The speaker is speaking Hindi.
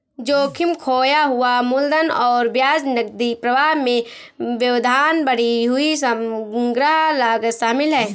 जोखिम, खोया हुआ मूलधन और ब्याज, नकदी प्रवाह में व्यवधान, बढ़ी हुई संग्रह लागत शामिल है